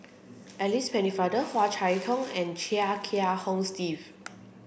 Alice Pennefather Hua Chai Yong and Chia Kiah Hong Steve